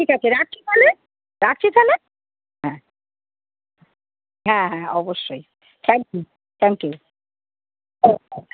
ঠিক আছে রাখছি তাহলে রাখছি থালে হ্যাঁ হ্যাঁ হ্যাঁ অবশ্যই থ্যাংক ইউ থ্যাংক ইউ হ্যাঁ হ্যাঁ